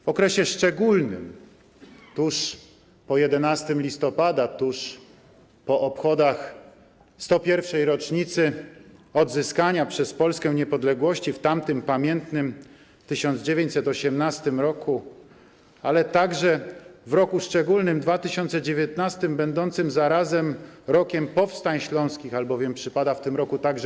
W okresie szczególnym, tuż po 11 listopada, tuż po obchodach 101. rocznicy odzyskania przez Polskę niepodległości w tamtym pamiętnym 1918 r., ale także w roku szczególnym 2019, będącym zarazem Rokiem Powstań Śląskich, albowiem przypada w tym roku także